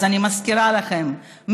אז אני מזכירה לכם,